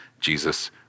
Jesus